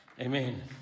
Amen